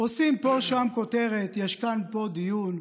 עושים פה ושם כותרת, יש כאן דיון,